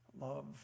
Love